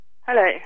Hello